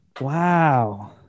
Wow